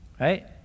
right